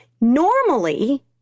Normally